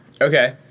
Okay